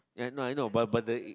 ya I know I know but but the